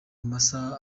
masaha